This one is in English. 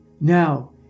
Now